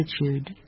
attitude